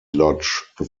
lodge